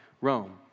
Rome